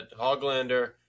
Hoglander